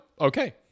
okay